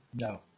No